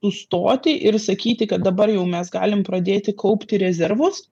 sustoti ir sakyti kad dabar jau mes galim pradėti kaupti rezervus